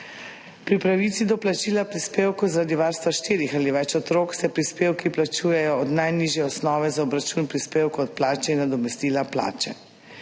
Pri pravici do plačila prispevkov zaradi varstva štirih ali več otrok se prispevki plačujejo od najnižje osnove za obračun prispevkov od plače in nadomestila plače